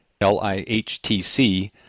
LIHTC